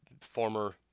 Former